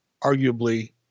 arguably